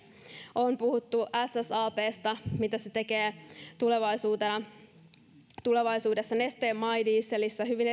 on puhuttu ssabsta mitä se tekee tulevaisuudessa nesteen my dieselistä sadoista hyvin